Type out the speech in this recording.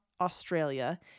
Australia